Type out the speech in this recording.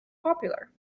popular